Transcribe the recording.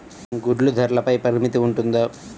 గుడ్లు ధరల పై పరిమితి ఉంటుందా?